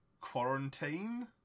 quarantine